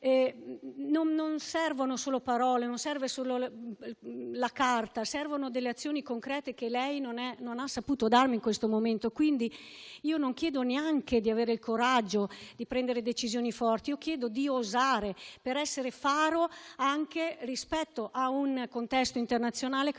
Non servono quindi solo parole o la carta: servono delle azioni concrete che lei non ha saputo dirmi in questo momento. Non chiedo neanche di avere il coraggio di prendere decisioni forti. Chiedo di osare per essere faro anche rispetto a un contesto internazionale che